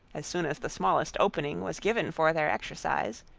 as soon as the smallest opening was given for their exercise,